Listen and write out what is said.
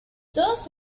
todos